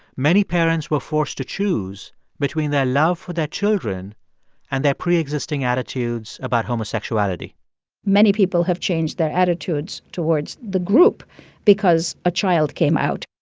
many parents were forced to choose between their love for their children and their pre-existing attitudes about homosexuality many people have changed their attitudes towards the group because a child came out